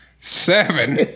seven